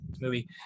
movie